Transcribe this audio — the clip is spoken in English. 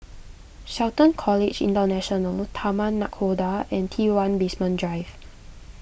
Shelton College International Taman Nakhoda and T one Basement Drive